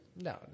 No